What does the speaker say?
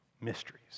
Mysteries